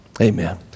Amen